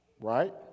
right